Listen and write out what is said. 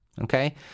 okay